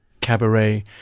Cabaret